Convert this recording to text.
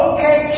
Okay